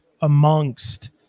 amongst